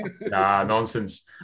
nonsense